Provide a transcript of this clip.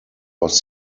was